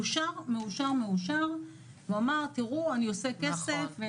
הוא אמר: אני עושה כסף --- נכון.